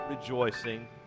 rejoicing